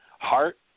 Heart